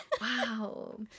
Wow